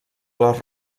les